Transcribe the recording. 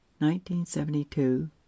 1972